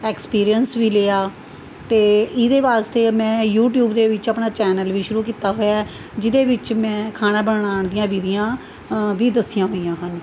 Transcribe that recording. experience ਵੀ ਲਿਆ ਅਤੇ ਇਹਦੇ ਵਾਸਤੇ ਮੈਂ ਯੂਟਿਊਬ ਦੇ ਵਿੱਚ ਆਪਣਾ ਚੈਨਲ ਵੀ ਸ਼ੁਰੂ ਕੀਤਾ ਹੋਇਆ ਜਿਹਦੇ ਵਿੱਚ ਮੈਂ ਖਾਣਾ ਬਣਾਉਣ ਦੀਆਂ ਵਿਧੀਆਂ ਵੀ ਦੱਸੀਆਂ ਹੋਈਆਂ ਹਨ